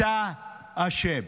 אתה אשם.